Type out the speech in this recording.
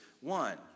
one